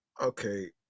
okay